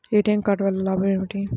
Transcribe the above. ATM card వల్ల లాభం ఏమిటి?